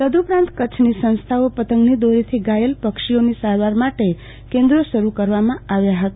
તદઉપરાંત કચ્છની સંસ્થાઓ પતંગની દોરીથી ધાયલ પક્ષીઓની સારવાર માટે કેન્દ્રો શરૂ કરવામાં આવ્યા હતા